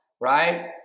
right